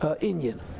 Indian